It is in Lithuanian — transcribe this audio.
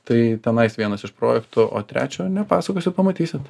tai tenais vienas iš projektų o trečio nepasakosiu pamatysit